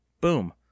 boom